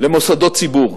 למוסדות ציבור.